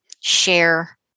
share